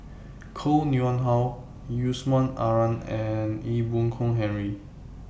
Koh Nguang How Yusman Aman and Ee Boon Kong Henry